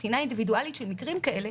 בחינה אינדיבידואלית של מקרים כאלה,